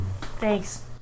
Thanks